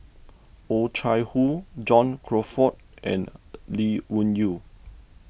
Oh Chai Hoo John Crawfurd and Lee Wung Yew